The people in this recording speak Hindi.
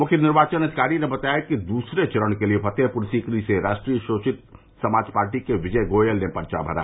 मुख्य निर्वाचन अधिकारी ने बताया कि दूसरे चरण के लिए फतेहपुर सीकरी से राष्ट्रीय शोषित समाज पार्टी के विजय गोयल ने भी पर्चा भरा